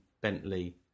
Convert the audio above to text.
Bentley